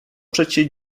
przecie